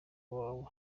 wawe